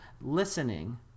listening